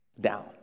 down